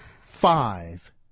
five